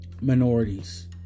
minorities